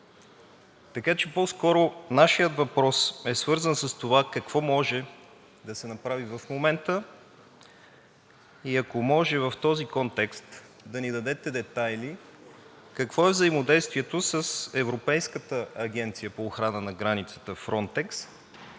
така че по скоро нашият въпрос е свързан с това какво може да се направи в момента и ако може, в този контекст да ни дадете детайли какво е взаимодействието с Европейската агенция по охрана на границата